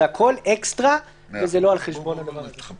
זה הכול אקסטרה, וזה לא על חשבון הדבר הזה.